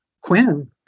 Quinn